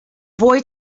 boy